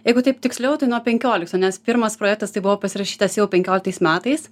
jeigu taip tiksliau tai nuo penkioliktų nes pirmas projektas tai buvo pasirašytas jau penkioliktais metais